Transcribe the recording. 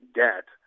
debt